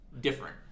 different